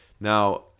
Now